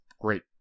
great